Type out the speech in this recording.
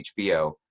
HBO